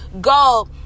go